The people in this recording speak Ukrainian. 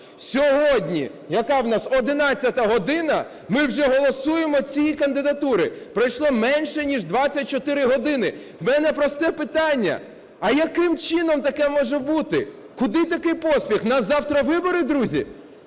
Сьогодні яка в нас – 11 година – ми вже голосуємо ці кандидатури. Пройшло менше ніж 24 години. В мене просте питання. А яким чином таке може бути, куди такий поспіх? У нас завтра вибори, друзі?